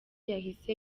yahise